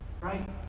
right